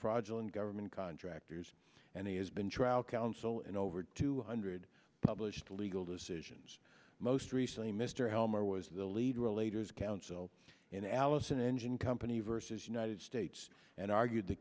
fraudulent government contractors and has been trial counsel and over two hundred published legal decisions most recently mr helmer was the leader elaters counsel and allison engine company versus united states and argued the